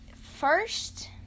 first